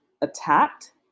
attacked